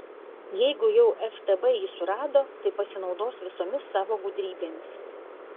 jeigu jau ftb jį surado tai pasinaudos visomis savo gudrybėmis